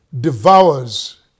devours